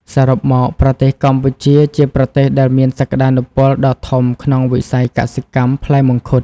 សរុបមក ប្រទេសកម្ពុជា ជាប្រទេសដែលមានសក្ដានុពលដ៏ធំក្នុងវិស័យកសិកម្មផ្លែមង្ឃុត។